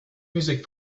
music